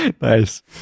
Nice